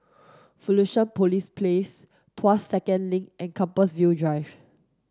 Fusionopolis Place Tuas Second Link and Compassvale Drive